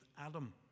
adam